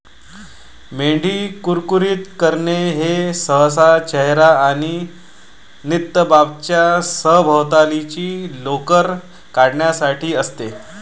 मेंढी कुरकुरीत करणे हे सहसा चेहरा आणि नितंबांच्या सभोवतालची लोकर काढण्यासाठी असते